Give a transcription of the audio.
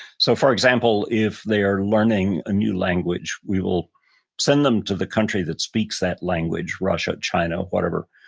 so for example, if they are learning a new language, we will send them to the country that speaks that language russia, china or whatever,